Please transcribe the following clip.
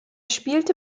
spielte